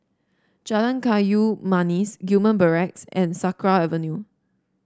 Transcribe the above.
Jalan Kayu Manis Gillman Barracks and Sakra Avenue